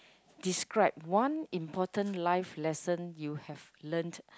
describe one important life lesson you have learnt